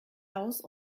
aus